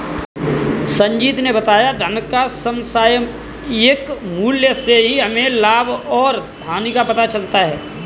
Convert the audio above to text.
संजीत ने बताया धन का समसामयिक मूल्य से ही हमें लाभ और हानि का पता चलता है